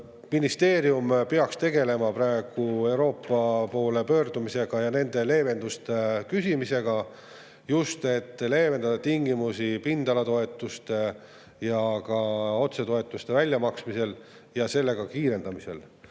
Ministeerium peaks tegelema praegu Euroopa poole pöördumisega ja nende leevenduste küsimisega, et leevendada just pindalatoetuste ja ka otsetoetuste väljamaksmise tingimusi